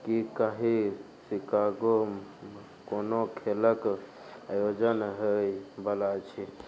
की काल्हि शिकागोमे कोनो खेलक आयोजन होइ बला अछि